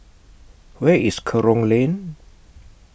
Where IS Kerong Lane